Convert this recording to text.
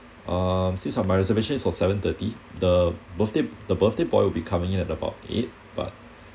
uh since are my reservation is for seven thirty the birthday the birthday boy will be coming in at about eight but